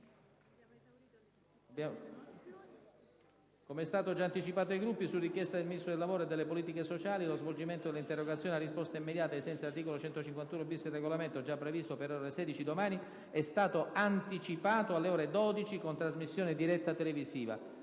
Come è stato già anticipato ai Gruppi, su richiesta del Ministro del lavoro e delle politiche sociali, lo svolgimento delle interrogazioni a risposta immediata, ai sensi dell'articolo 151-*bis* del Regolamento, già previsto per le ore 16 di domani, è stato anticipato alle ore 12, con trasmissione diretta televisiva.